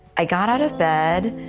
i got out of bed,